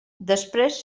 després